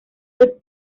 good